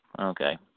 okay